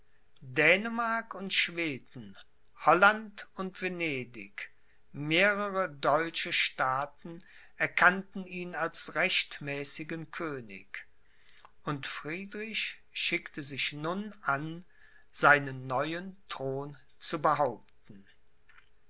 dänemark und schweden holland und venedig mehrere deutsche staaten erkannten ihn als rechtmäßigen könig und friedrich schickte sich nun an seinen neuen thron zu behaupten